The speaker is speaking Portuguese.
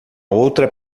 outra